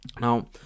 now